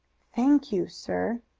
thank you, sir.